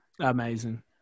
Amazing